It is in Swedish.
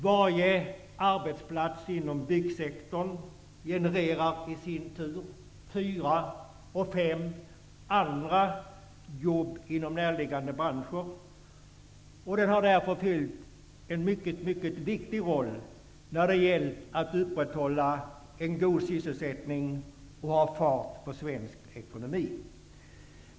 Varje arbetsplats inom byggsektorn genererar i sin tur fyra, fem andra jobb inom närliggande branscher. Den har därför haft en mycket viktig roll när det gällt att upprätthålla en god sysselsättning och bra fart på svensk ekonomi.